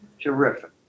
Terrific